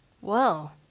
Well